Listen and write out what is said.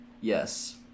Yes